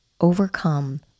overcome